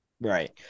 Right